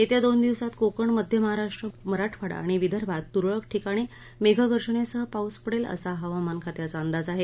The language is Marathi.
येत्या दोन दिवसात कोकण मध्य महाराष्ट्र मराठवाडा आणि विदर्भात तुरळक ठिकाणी मेघगर्जनेसह पाऊस पडेल असा हवामानखात्याचा अंदाज आहे